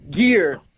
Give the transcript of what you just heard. gear